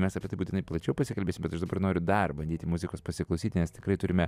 mes apie tai būtinai plačiau pasikalbėsim bet aš dabar noriu dar bandyti muzikos pasiklausyti nes tikrai turime